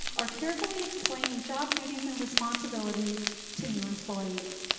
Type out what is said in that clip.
or carefully explaining job duties and responsibilities to new employees.